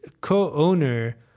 co-owner